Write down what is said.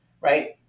right